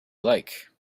like